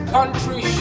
Country